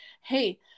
hey